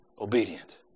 obedient